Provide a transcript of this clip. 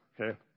Okay